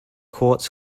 quartz